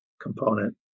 component